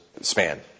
span